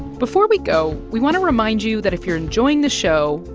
before we go, we want to remind you that if you're enjoying the show,